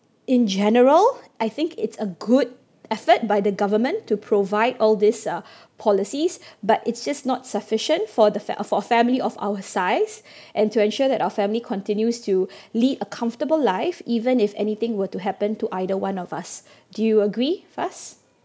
in general I think it's a good effort by the government to provide all these uh policies but it's just not sufficient for the fa~ uh for the family of our size and to ensure that our family continues to lead a comfortable life even if anything were to happen to either one of us do you agree Faz